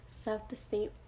self-esteem